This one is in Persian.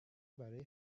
برای